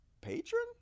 patron